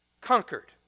conquered